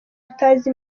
utazi